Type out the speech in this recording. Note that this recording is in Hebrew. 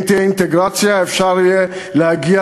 אם תהיה אינטגרציה אפשר יהיה להגיע